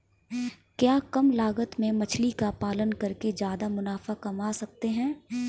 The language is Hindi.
क्या कम लागत में मछली का पालन करके ज्यादा मुनाफा कमा सकते हैं?